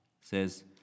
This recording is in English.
says